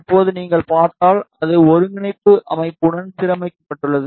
இப்போது நீங்கள் பார்த்தால் அது ஒருங்கிணைப்பு அமைப்புடன் சீரமைக்கப்பட்டுள்ளது